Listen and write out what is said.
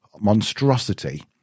monstrosity